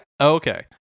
Okay